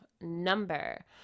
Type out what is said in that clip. number